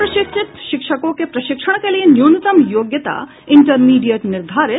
अप्रशिक्षित शिक्षकों के प्रशिक्षण के लिये न्यूनतम योग्यता इंटरमीडिएट निर्धारित